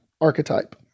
archetype